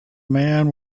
man